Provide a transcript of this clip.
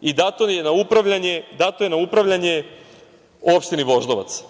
i dato je na upravljanje opštini Voždovac.